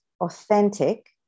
authentic